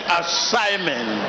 assignment